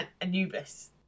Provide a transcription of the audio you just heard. Anubis